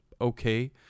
okay